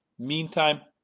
meantime,